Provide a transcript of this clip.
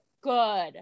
good